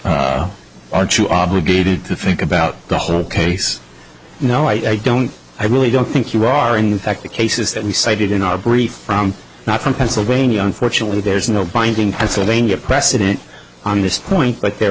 compensatory are too obligated to think about the whole case you know i don't i really don't think you are in fact the cases that we cited in our brief from not from pennsylvania unfortunately there's no binding pennsylvania precedent on this point but there